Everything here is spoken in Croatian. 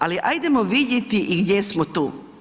Ali ajdemo vidjeti i gdje smo tu.